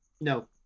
No